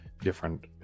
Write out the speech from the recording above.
different